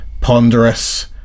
ponderous